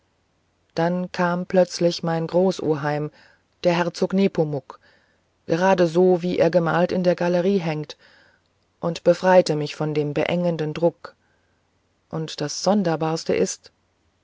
dann kam plötzlich mein großoheim der herzog nepomuk geradeso wie er gemalt in der galerie hängt und befreite mich von dem beengenden druck und das sonderbarste ist